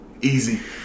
easy